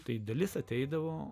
tai dalis ateidavo